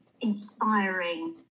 inspiring